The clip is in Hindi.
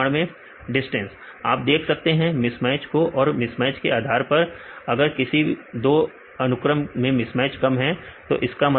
विद्यार्थी डिस्टेंस आप देख सकते हैं मिसमैच को और मिसमैच के आधार पर अगर किसी दो अनुक्रम में मिसमैच कम है तो इसका मतलब